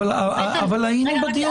אבל היינו בדיון הזה.